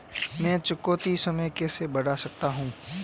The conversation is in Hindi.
मैं चुकौती समय कैसे बढ़ा सकता हूं?